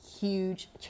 huge